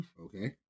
Okay